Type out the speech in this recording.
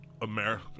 america